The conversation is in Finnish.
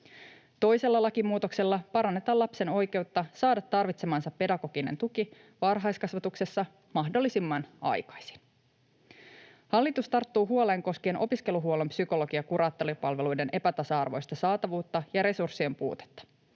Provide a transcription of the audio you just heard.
Toisella lakimuutoksella parannetaan lapsen oikeutta saada tarvitsemansa pedagoginen tuki varhaiskasvatuksessa mahdollisimman aikaisin. Hallitus tarttuu huoleen koskien opiskeluhuollon psykologi‑ ja kuraattoripalveluiden epätasa-arvoista saatavuutta ja resurssien puutetta.